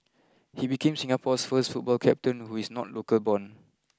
he became Singapore's first football captain who is not local born